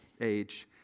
age